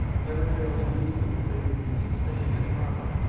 and never failed to use them if they could be sustained as proper.